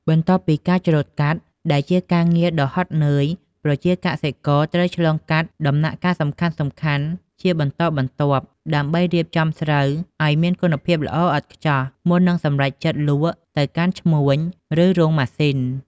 បន្ទាប់ពីការច្រូតកាត់ ដែលជាការងារដ៏ហត់នឿយ ប្រជាជនកសិករ ត្រូវឆ្លងកាត់ដំណាក់កាលសំខាន់ៗជាបន្តបន្ទាប់ ដើម្បីរៀបចំស្រូវឲ្យមានគុណភាពល្អឥតខ្ចោះ មុននឹងសម្រេចចិត្តលក់ទៅកាន់ឈ្មួញ ឬរោងម៉ាស៊ីន។